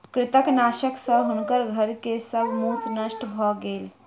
कृंतकनाशक सॅ हुनकर घर के सब मूस नष्ट भ गेल